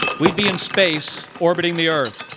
we'd be in space orbiting the earth.